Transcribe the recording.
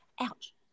Ouch